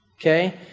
Okay